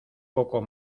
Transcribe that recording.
poco